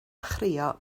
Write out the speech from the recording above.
chrio